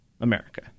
America